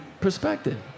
perspective